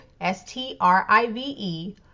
S-T-R-I-V-E